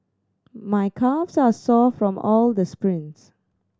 my calves are sore from all the sprints